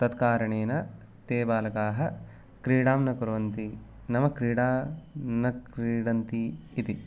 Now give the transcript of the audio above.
तत् कारणेन ते बालकाः क्रीडां न कुर्वन्ति नाम क्रीडा न क्रीडन्ति इति